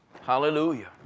Hallelujah